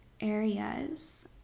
areas